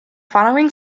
following